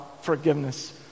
forgiveness